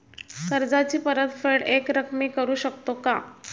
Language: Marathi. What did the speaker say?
कर्जाची परतफेड एकरकमी करू शकतो का?